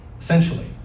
essentially